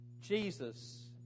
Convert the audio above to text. Jesus